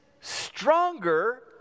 stronger